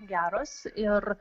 geros ir